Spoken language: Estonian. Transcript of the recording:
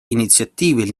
initsiatiivil